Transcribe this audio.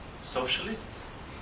socialists